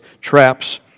traps